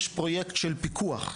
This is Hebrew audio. יש פרויקט של פיקוח,